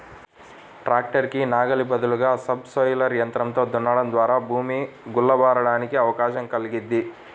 tractor కి నాగలి బదులుగా సబ్ సోయిలర్ యంత్రంతో దున్నడం ద్వారా భూమి గుల్ల బారడానికి అవకాశం కల్గిద్ది